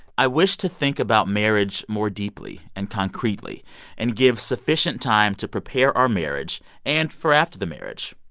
i wish to think about marriage more deeply and concretely and give sufficient time to prepare our marriage and for after the marriage.